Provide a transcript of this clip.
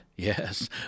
Yes